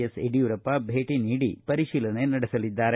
S Yediyurappa ಭೇಟಿ ನೀಡಿ ಪರಿಶೀಲನೆ ನಡೆಸಲಿದ್ದಾರೆ